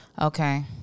Okay